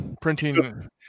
printing